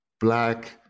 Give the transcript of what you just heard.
black